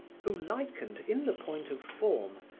who likened, in the point of form,